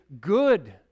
good